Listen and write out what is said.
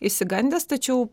išsigandęs tačiau